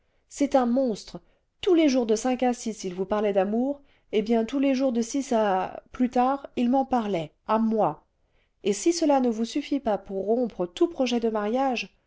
c'est un monstre tous les jours de cinq à six il vous parlait d'amour eh bien tous les jours de six à plus tard il m'en parlait à moi et si cela ne vous suffit pas pour rompre tout projet de mariage